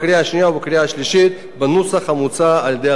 ובקריאה השלישית בנוסח המוצע על-ידי הוועדה.